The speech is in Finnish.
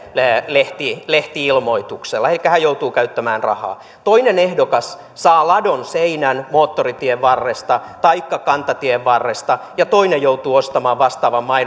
lehti lehti ilmoituksella elikkä hän joutuu käyttämään rahaa toinen ehdokas saa ladonseinän moottoritien varresta taikka kantatien varresta ja toinen joutuu ostamaan vastaavan